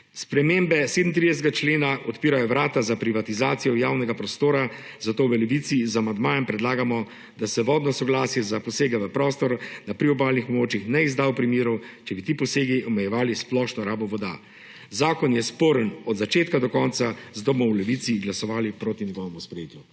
Spremembe 37. člena odpirajo vrata za privatizacijo javnega prostora, zato v Levici z amandmajem predlagamo, da se vodno soglasje za posege v prostor na priobalnih območjih ne izda v primeru, če bi ti posegi omejevali splošno rabo voda. Zakon je sporen od začetka do konca, zato bomo v Levici glasovali proti njegovemu sprejetju.